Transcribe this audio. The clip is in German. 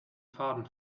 faden